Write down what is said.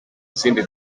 zindi